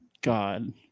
God